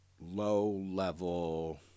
low-level